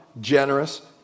generous